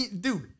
Dude